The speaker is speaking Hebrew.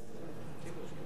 אני רוצה גם להדגיש,